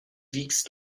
wiegst